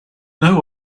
know